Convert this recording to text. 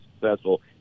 successful